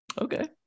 Okay